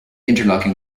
interlocking